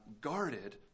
guarded